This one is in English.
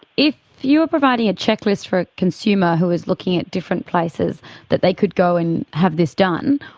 if you're providing a checklist for a consumer who was looking at different places that they could go and have this done,